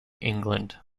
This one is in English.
england